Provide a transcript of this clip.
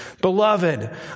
Beloved